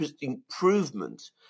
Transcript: improvement